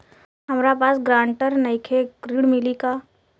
हमरा पास ग्रांटर नईखे ऋण मिली का?